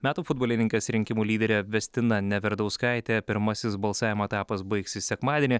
metų futbolininkės rinkimų lyderė vestina neverdauskaitė pirmasis balsavimo etapas baigsis sekmadienį